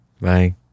Bye